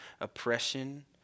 oppression